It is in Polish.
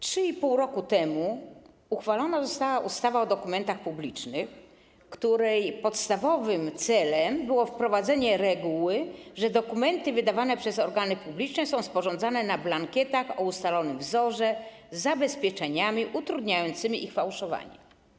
3,5 roku temu uchwalona została ustawa o dokumentach publicznych, której podstawowym celem było wprowadzenie reguły, że dokumenty wydawane przez organy publiczne są sporządzane na blankietach o ustalonym wzorze, z zabezpieczeniami utrudniającymi ich fałszowanie.